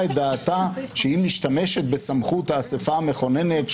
את דעתה שהיא משתמשת בסמכות האסיפה המכוננת,